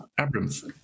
Abrams